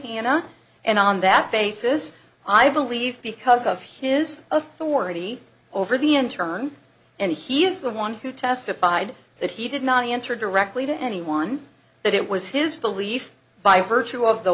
hannah and on that basis i believe because of his authority over the in turn and he is the one who testified that he did not answer directly to anyone that it was his belief by virtue of the